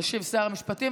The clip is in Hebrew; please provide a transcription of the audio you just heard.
ישיב שר המשפטים,